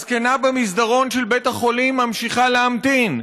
הזקנה במסדרון של בית החולים ממשיכה להמתין,